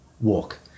walk